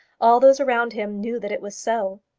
all those around him knew that it was so.